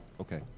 okay